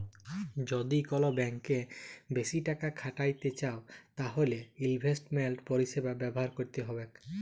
যদি কল ব্যাংকে বেশি টাকা খ্যাটাইতে চাউ তাইলে ইলভেস্টমেল্ট পরিছেবা ব্যাভার ক্যইরতে হ্যবেক